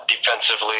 defensively